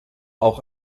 auch